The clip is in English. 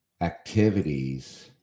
activities